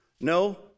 No